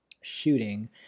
shooting